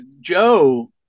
Joe